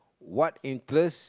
what interest